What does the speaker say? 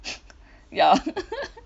ya